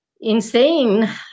insane